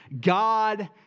God